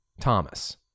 thomas